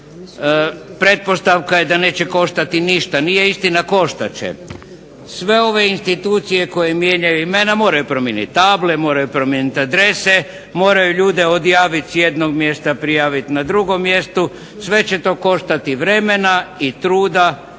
Pretpostavka je da neće koštati ništa. Nije istina, koštat će. Sve ove institucije koje mijenjaju imena moraju promijeniti table, moraju promijeniti adrese, moraju ljude odjaviti s jednog mjesta prijaviti na drugom mjestu. Sve će to koštati vremena i truda